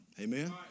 Amen